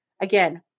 Again